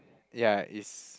ya it's